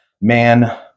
man